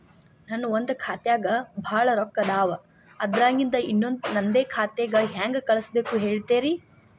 ನನ್ ಒಂದ್ ಖಾತ್ಯಾಗ್ ಭಾಳ್ ರೊಕ್ಕ ಅದಾವ, ಅದ್ರಾಗಿಂದ ಇನ್ನೊಂದ್ ನಂದೇ ಖಾತೆಗೆ ಹೆಂಗ್ ಕಳ್ಸ್ ಬೇಕು ಹೇಳ್ತೇರಿ?